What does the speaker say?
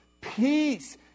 peace